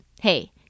hey